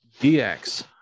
DX